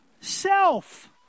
self